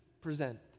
present